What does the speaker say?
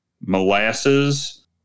molasses